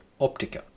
Optica